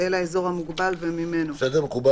אל האזור המוגבל וממנו.